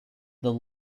the